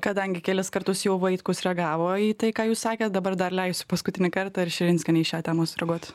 kadangi kelis kartus jau vaitkus reagavo į tai ką jūs sakėt dabar dar leisiu paskutinį kartą ir širinskienei į šią temą reaguoti